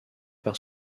par